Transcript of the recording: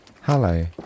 Hello